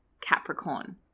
Capricorn